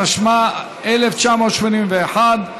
התשמ"א 1981,